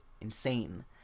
insane